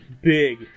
big